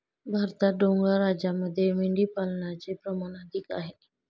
भारतात डोंगराळ राज्यांमध्ये मेंढीपालनाचे प्रमाण अधिक आहे